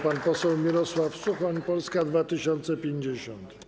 Pan poseł Mirosław Suchoń, Polska 2050.